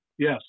Yes